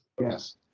Yes